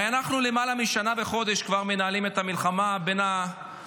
הרי אנחנו למעלה משנה וחודש כבר מנהלים את המלחמה אולי,